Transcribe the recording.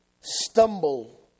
stumble